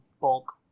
bulk